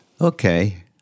Okay